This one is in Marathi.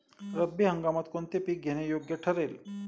रब्बी हंगामात कोणती पिके घेणे योग्य ठरेल?